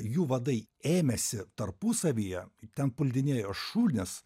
jų vadai ėmėsi tarpusavyje ten puldinėjo šunys